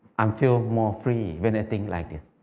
um feel more free when i think like this.